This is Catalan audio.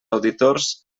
auditors